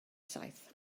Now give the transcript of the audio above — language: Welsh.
saith